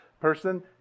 person